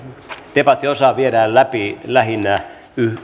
debattiosa viedään läpi lähinnä